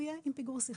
הוא יהיה עם פיגור שכלי.